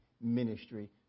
ministry